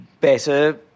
better